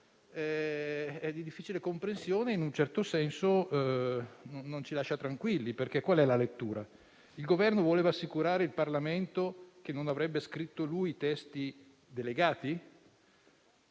è di difficile comprensione in un certo senso e non ci lascia tranquilli. Qual è infatti la lettura? Il Governo voleva assicurare il Parlamento che non avrebbe scritto i testi delegati?